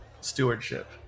stewardship